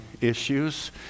issues